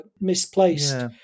misplaced